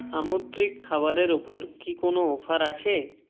সামুদ্রিক খাবারের ওপর কি কোনও অফার আছে